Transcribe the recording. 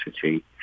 city